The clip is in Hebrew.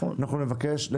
תנסחו.